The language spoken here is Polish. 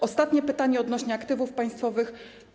Ostatnie pytanie, odnośnie do aktywów państwowych.